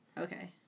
Okay